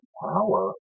power